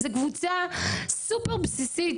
זו קבוצה סופר בסיסית.